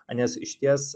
nes išties